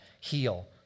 heal